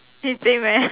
eh same eh